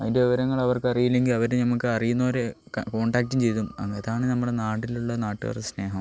അതിൻ്റെ വിവരങ്ങൾ അവർക്കറിയില്ലെങ്കിൽ അവർ നമ്മൾക്ക് അറിയുന്നവരെ കോൺടാക്റ്റ് ചെയ്യും ചെയ്തും അങ്ങനെ അതാണ് നമ്മുടെ നാട്ടിലുള്ള നാട്ടുകാരെ സ്നേഹം